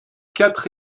quatre